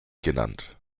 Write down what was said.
genannt